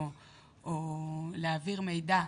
או להעביר מידע,